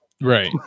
Right